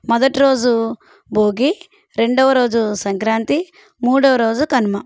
మొదటి రోజు భోగి రెండవ రోజు సంక్రాంతి మూడవ రోజు కనుమ